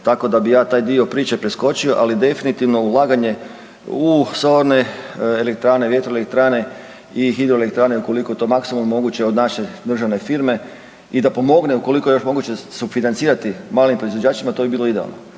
tako da bi ja taj dio priče preskočio, ali definitivno ulaganje u solarne elektrane, vjetroelektrane i hidroelektrane ukoliko je to maksimalno moguće od naše državne firme i da pomogne ukoliko još moguće sufinancirati malim proizvođačima to bi bilo idealno.